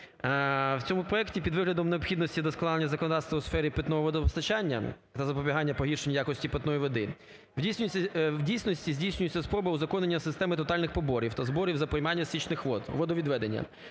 В цьому проекті під виглядом необхідності вдосконалення законодавства у сфері питного водопостачання та запобігання погіршенню якості питної води в дійсності здійснюється спроба узаконення системи тотальних поборів та зборів за приймання стічних вод, водовідведення,